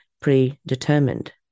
predetermined